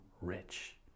rich